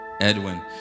Edwin